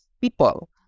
people